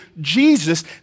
Jesus